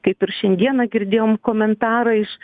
kaip ir šiandieną girdėjom komentarą iš